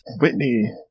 Whitney